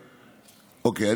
אוקיי,